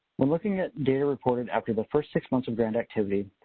when looking at data reported after the first six months of grant activity,